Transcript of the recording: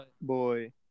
boy